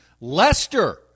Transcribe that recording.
Lester